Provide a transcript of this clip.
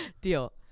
Deal